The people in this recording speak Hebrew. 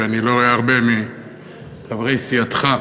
ואני לא רואה הרבה מחברי סיעתך.